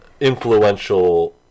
influential